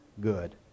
good